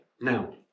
Now